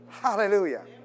Hallelujah